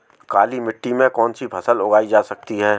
काली मिट्टी में कौनसी फसल उगाई जा सकती है?